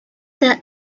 the